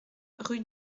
rue